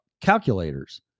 calculators